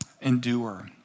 endure